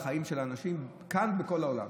בחיים של אנשים כאן ובכל העולם?